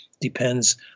depends